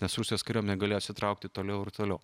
nes rusijos kariuomenė galėjo atsitraukti toliau ir toliau